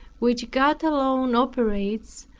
which god alone operates,